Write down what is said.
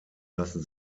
lassen